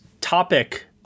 topic